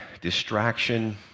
distraction